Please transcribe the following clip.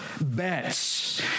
bets